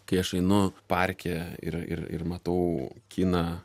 kai aš einu parke ir ir ir matau kiną